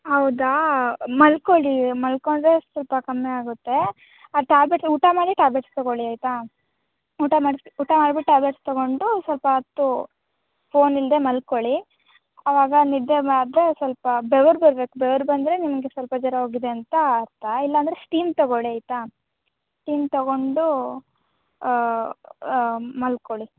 ಹೌದಾ ಮಲ್ಕೊಳಿ ಮಲ್ಕೊಂಡ್ರೆ ಸ್ವಲ್ಪ ಕಮ್ಮಿ ಆಗುತ್ತೆ ಆ ಟ್ಯಾಬ್ಲೆಟ್ ಊಟ ಮಾಡಿ ಟ್ಯಾಬ್ಲೆಟ್ಸ್ ತಗೋಳಿ ಆಯಿತಾ ಊಟ ಮಾಡ್ ಊಟ ಆಗಿ ಟ್ಯಾಬ್ಲೆಟ್ಸ್ ತಗೊಂಡು ಸ್ವಲ್ಪ ಹೊತ್ತು ಫೋನಿಲ್ಲದೆ ಮಲ್ಕೊಳಿ ಅವಾಗ ನಿದ್ದೆ ಮಾಡಿದರೆ ಸ್ವಲ್ಪ ಬೆವರು ಬರಬೇಕು ಬೆವರು ಬಂದರೆ ನಿಮಗೆ ಸ್ವಲ್ಪ ಜ್ವರ ಹೋಗಿದೆ ಅಂತ ಅರ್ಥ ಇಲ್ಲಾಂದರೆ ಸ್ಟೀಮ್ ತಗೋಳಿ ಆಯಿತಾ ಸ್ಟೀಮ್ ತಗೊಂಡು ಮಲ್ಕೊಳಿ